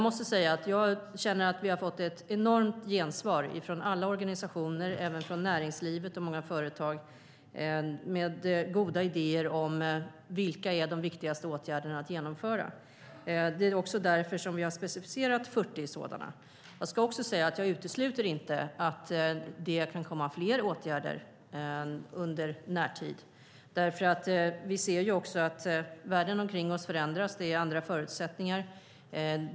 Vi har fått ett enormt gensvar från alla organisationer, även från näringslivet och många företag, med goda idéer om de viktigaste åtgärderna att genomföra. Det är också därför som vi har specificerat 40 sådana. Jag utesluter inte att det kan komma förslag på fler åtgärder under närtid. Vi ser att världen omkring oss förändras med andra förutsättningar.